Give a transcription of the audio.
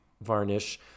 varnish